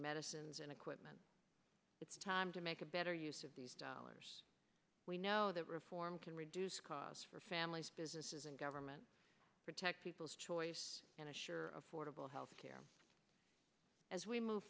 medicines and equipment it's time to make a better use of these dollars we know that reform can reduce costs for families businesses and government protect people's choice and assure fordable health care as we move